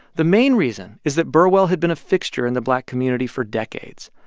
the main reason is that burwell had been a fixture in the black community for decades.